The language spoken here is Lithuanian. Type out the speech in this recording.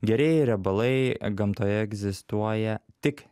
gerieji riebalai gamtoje egzistuoja tik